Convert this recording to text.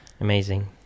amazing